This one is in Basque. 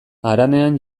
haranean